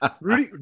Rudy